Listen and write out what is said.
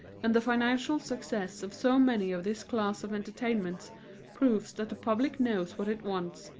and the financial success of so many of this class of entertainments proves that the public knows what it wants,